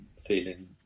feeling